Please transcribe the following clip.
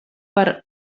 per